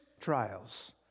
trials